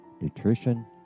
nutrition